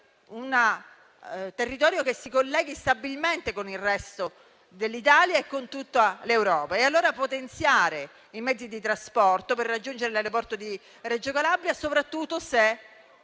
un territorio collegato stabilmente con il resto dell'Italia e dell'Europa. Occorre dunque potenziare i mezzi di trasporto per raggiungere l'aeroporto di Reggio Calabria, soprattutto se,